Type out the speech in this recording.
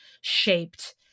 shaped